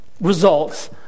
results